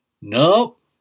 Nope